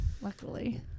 luckily